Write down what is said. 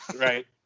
Right